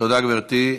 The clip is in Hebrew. תודה, גברתי.